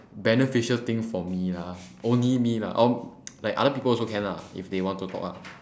beneficial thing for me lah only me lah or like other people also can lah if they want to talk lah